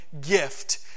gift